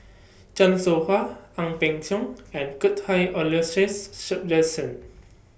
Chan Soh Ha Ang Peng Siong and Cuthbert Aloysius Shepherdson